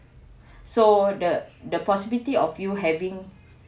so the the possibility of you having